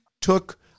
took